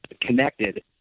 connected